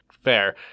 Fair